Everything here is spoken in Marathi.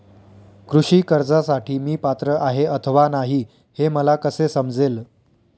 कृषी कर्जासाठी मी पात्र आहे अथवा नाही, हे मला कसे समजेल?